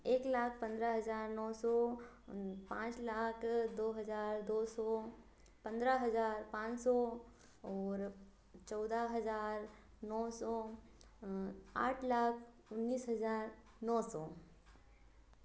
एक लाख पंद्रह हज़ार नौ सौ पाँच लाख दो हज़ार दो सौ पंद्रह हज़ार पाँच सौ और चौदह हज़ार नौ सौ आठ लाख उन्नीस हज़ार नौ सौ